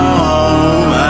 home